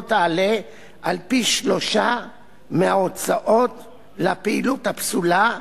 תעלה על פי-שלושה מההוצאות לפעילות הפסולה,